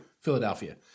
Philadelphia